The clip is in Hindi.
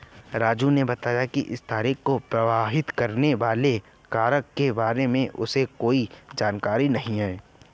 राजू ने बताया कि स्थिरता को प्रभावित करने वाले कारक के बारे में उसे कोई जानकारी नहीं है